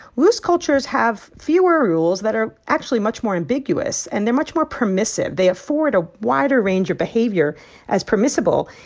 loose cultures have fewer rules that are actually much more ambiguous. and they're much more permissive. they afford a wider range of behavior as permissible,